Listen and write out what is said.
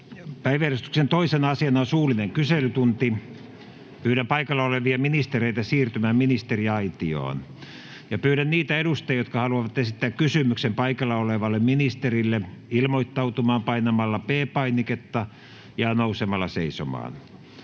Päiväjärjestyksen 2. asiana on suullinen kyselytunti. Pyydän paikalla olevia ministereitä siirtymään ministeriaitioon. Pyydän niitä edustajia, jotka haluavat esittää kysymyksen paikalla olevalle ministerille, ilmoittautumaan painamalla P-painiketta ja nousemalla seisomaan.